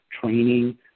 training